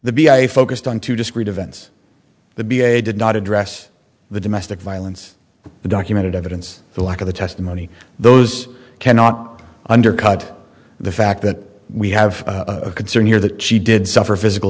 the b i focused on two discrete events the b a did not address the domestic violence the documented evidence the lack of the testimony those cannot undercut the fact that we have a concern here that she did suffer physical